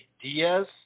Diaz